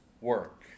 work